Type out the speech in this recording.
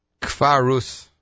Kfarus